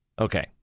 Okay